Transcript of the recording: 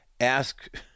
ask